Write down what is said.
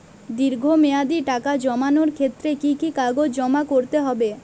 দীর্ঘ মেয়াদি টাকা জমানোর ক্ষেত্রে কি কি কাগজ জমা করতে হবে?